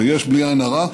ויש בלי עין הרע,